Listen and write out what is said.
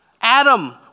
Adam